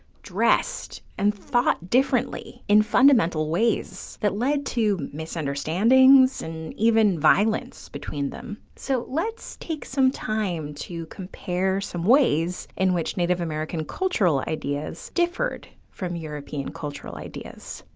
dressed, and thought differently in fundamental ways that lead to misunderstandings and even violence between them. so let's take some time to compare some ways in which native american cultural ideas differed from european cultural ideas.